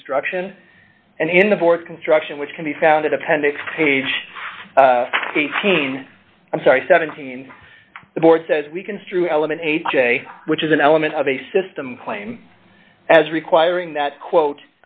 construction and in the th construction which can be found at appendix page eighteen i'm sorry seventeen the board says we construe element ha which is an element of a system claim as requiring that quote